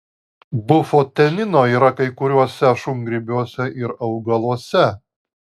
bufotenino yra kai kuriuose šungrybiuose ir augaluose